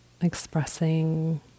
expressing